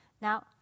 Now